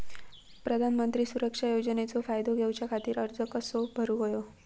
प्रधानमंत्री सुरक्षा योजनेचो फायदो घेऊच्या खाती अर्ज कसो भरुक होयो?